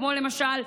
כמו למשל,